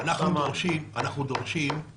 אנחנו דורשים את